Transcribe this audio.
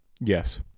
Yes